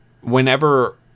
whenever